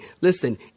Listen